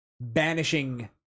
banishing